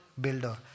builder